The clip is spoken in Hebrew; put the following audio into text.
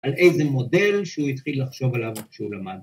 ‫על איזה מודל שהוא התחיל ‫לחשוב עליו כשהוא למד.